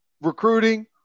Recruiting